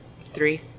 three